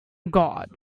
god